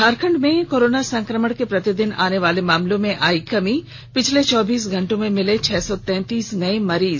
झारखंड में कोरोना संक्रमण के प्रतिदिन आने वाले मामलों में आयी कमी पिछले चौबीस घंटों में मिले छह सौ तैंतीस नये मरीज